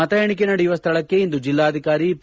ಮತ ಎಣಿಕೆ ನಡೆಯುವ ಸ್ಥಳಕ್ಕೆ ಇಂದು ಜೆಲ್ಲಾಧಿಕಾರಿ ಪಿ